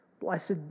Blessed